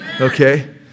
Okay